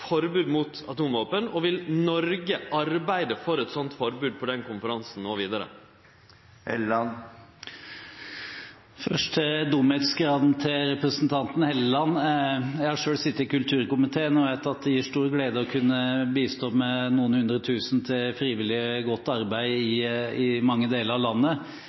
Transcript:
forbod mot atomvåpen, og vil Noreg arbeide for eit sånt forbod på den konferansen – og vidare? Først til dumhetsgraden til representanten Helleland. Jeg har selv sittet i kulturkomiteen, og jeg vet at det gir stor glede å kunne bistå med noen hundretusen til frivillig godt arbeid i mange deler av landet.